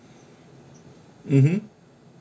mm hmm